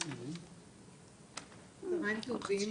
צוהריים טובים.